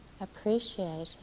appreciating